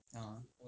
ah